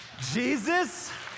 Jesus